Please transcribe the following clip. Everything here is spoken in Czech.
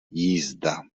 jízda